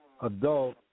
adult